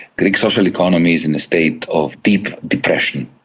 greek social economy is in a state of deep depression.